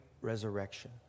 resurrection